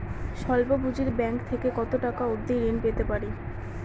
স্বল্প পুঁজির ব্যাংক থেকে কত টাকা অবধি ঋণ পেতে পারি?